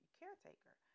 caretaker